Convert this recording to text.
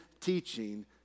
teaching